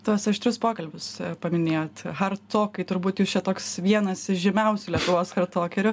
tuos aštrius pokalbius paminėjot hart tokai turbūt jūs čia toks vienas iš žymiausių lietuvos hartokerių